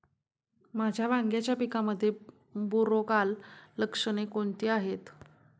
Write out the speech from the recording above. माझ्या वांग्याच्या पिकामध्ये बुरोगाल लक्षणे कोणती आहेत?